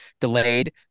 delayed